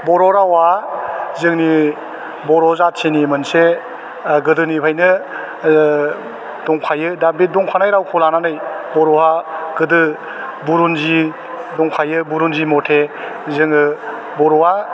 बर' रावआ जोंनि बर' जाथिनि मोनसे गोदोनिफ्रायनो दंखायो दा बे दंखानाय रावखौ लानानै बर'आ गोदो बरनजि दंखायो बरनजि मथे जोङो बर'आ